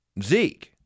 Zeke